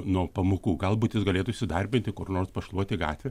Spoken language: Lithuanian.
nuo pamokų galbūt jis galėtų įsidarbinti kur nors pašluoti gatvę